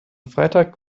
freitag